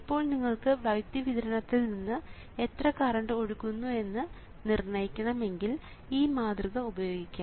ഇപ്പോൾ നിങ്ങൾക്ക് വൈദ്യുതി വിതരണത്തിൽ നിന്ന് എത്ര കറണ്ട് ഒഴുകുന്നു എന്ന് നിർണയിക്കണം എങ്കിൽ ഈ മാതൃക ഉപയോഗിക്കാം